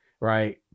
right